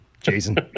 jason